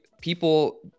people